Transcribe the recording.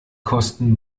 kosten